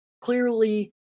clearly